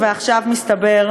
ועכשיו מסתבר,